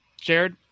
Jared